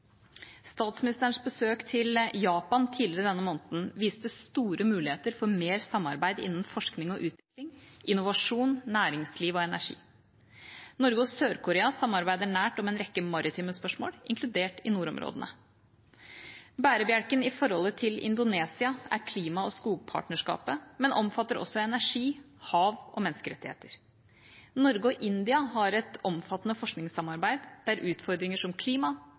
Statsministerens besøk til Japan tidligere denne måneden viste store muligheter for mer samarbeid innen forskning og utvikling, innovasjon, næringsliv og energi. Norge og Sør-Korea samarbeider nært om en rekke maritime spørsmål, inkludert i nordområdene. Bærebjelken i forholdet til Indonesia er klima- og skogpartnerskapet, men omfatter også energi, hav og menneskerettigheter. Norge og India har et omfattende forskningssamarbeid der utfordringer som klima,